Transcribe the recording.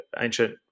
ancient